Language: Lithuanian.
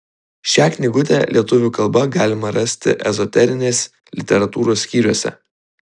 šią knygutę lietuvių kalba galima rasti ezoterinės literatūros skyriuose